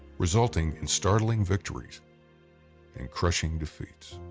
resulting in startling victories and crushing defeats.